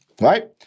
Right